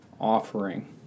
offering